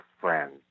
friends